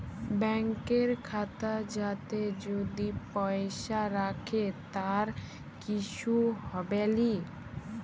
ব্যাংকের খাতা যাতে যদি পয়সা রাখে তার কিসু হবেলি